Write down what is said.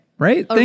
Right